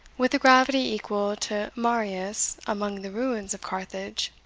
with a gravity equal to marius among the ruins of carthage,